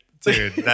Dude